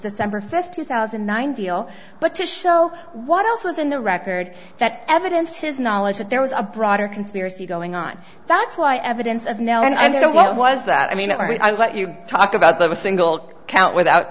december fifth two thousand and nine deal but to show what else was in the record that evidence to his knowledge that there was a broader conspiracy going on that's why evidence of now and so what was that i mean i let you talk about the a single count without